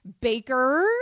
Baker